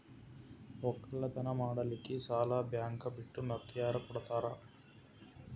ಒಕ್ಕಲತನ ಮಾಡಲಿಕ್ಕಿ ಸಾಲಾ ಬ್ಯಾಂಕ ಬಿಟ್ಟ ಮಾತ್ಯಾರ ಕೊಡತಾರ?